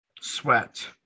sweat